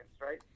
right